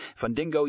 Fundingo